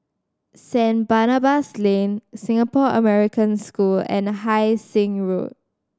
Saint Barnabas Lane Singapore American School and Hai Sing Road